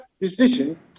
decision